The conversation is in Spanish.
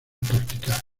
practicar